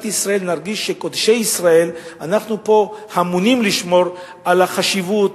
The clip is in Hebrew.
ישראל נרגיש שאנחנו פה אמונים לשמור על החשיבות,